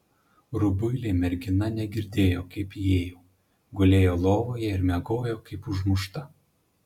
rubuilė mergina negirdėjo kaip įėjau gulėjo lovoje ir miegojo kaip užmušta